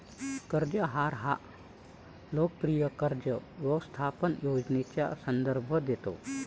कर्ज आहार हा लोकप्रिय कर्ज व्यवस्थापन योजनेचा संदर्भ देतो